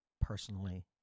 personally